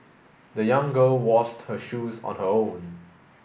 the young girl washed her shoes on her own